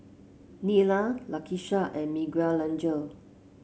Nyla Lakisha and Miguelangel